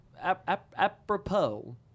apropos